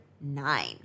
nine